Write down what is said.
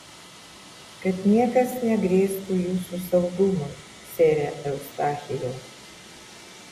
kad niekas negrėstų jūsų saugumui sere eustachijau